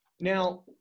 Now